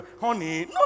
Honey